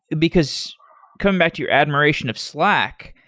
because coming back to your admiration of slack.